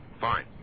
Fine